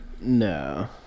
No